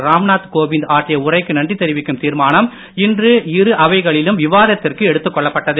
ராம்நாத் கோவிந்த் ஆற்றிய உரைக்கு நன்றி தெரிவிக்கும் தீர்மானம் இன்று இரு அவைகளிலும் விவாதத்திற்கு எடுத்துக் கொள்ளப்பட்டுள்ளது